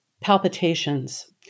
palpitations